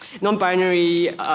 non-binary